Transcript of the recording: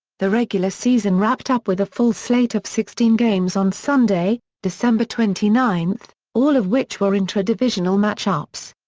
the regular season wrapped up with a full slate of sixteen games on sunday, december twenty nine, all of which were intra-divisional matchups.